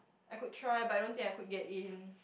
I could try but I don't think I could get in